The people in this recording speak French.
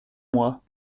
mois